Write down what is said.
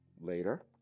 later